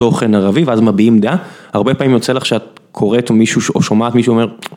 תוכן ערבי, ואז מביעים דעה. הרבה פעמים יוצא לך שאת... קוראת מישהו, ש-או שומעת מישהו אומר...